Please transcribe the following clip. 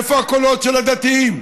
איפה הקולות של הדתיים?